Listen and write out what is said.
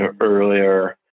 earlier